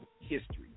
history